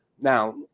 Now